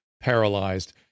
paralyzed